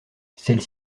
celles